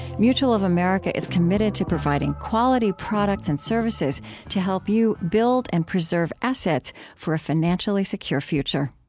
mutual of america is committed to providing quality products and services to help you build and preserve assets for a financially secure future